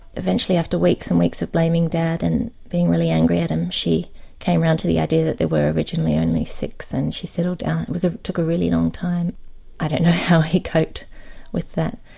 eventually after weeks and weeks of blaming dad and being really angry at him, she came round to the idea that there were originally only six, and she settled down. it ah took a really long time i don't know how he coped with that.